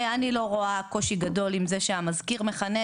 אני לא רואה קושי גדול עם זה שהמזכיר מכנס